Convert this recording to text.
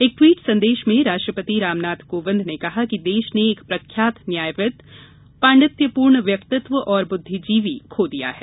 एक ट्वीट संदेश में राष्ट्रपति रामनाथ कोविंद ने कहा कि देश ने एक प्रख्यात न्यायविद् पांडित्यपूर्ण व्यक्तिववान और बुद्विजीवी को खो दिया है